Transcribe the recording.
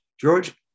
George